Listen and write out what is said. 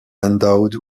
endowed